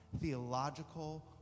theological